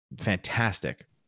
fantastic